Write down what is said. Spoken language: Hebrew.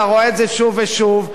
אתה רואה את זה שוב ושוב,